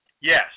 yes